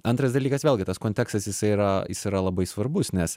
antras dalykas vėlgi tas kontekstas jisai yra jis yra labai svarbus nes